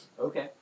Okay